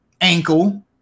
ankle